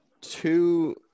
two